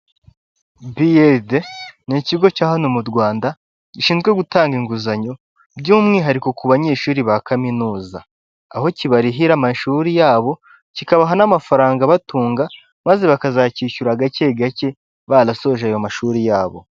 Beyeride ni ikigo cya hano mu Rwanda gishinzwe gutanga inguzanyo by'umwihariko ku banyeshuri ba kaminuza, aho kibarihira amashuri yabo kikabaha n'amafaranga abatunga maze bakazacyishyura gake gake barashoje ayo mashuri yabo.